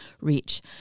reach